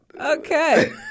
Okay